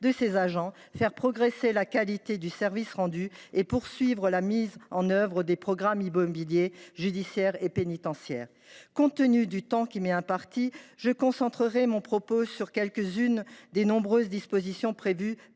de ses agents, faire progresser la qualité du service rendu et poursuivre la mise en œuvre des programmes immobiliers judiciaires et pénitentiaires. Compte tenu du temps qui m’est imparti, je concentrerai mon propos sur quelques-unes des nombreuses dispositions prévues